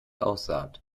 aussaht